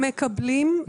הם מקבלים,